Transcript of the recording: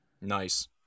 Nice